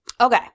Okay